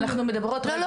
לא,